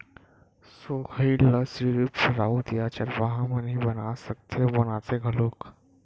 सोहई ल सिरिफ राउत या चरवाहा मन ही बना सकथे अउ बनाथे घलोक